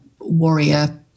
warrior